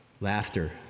Laughter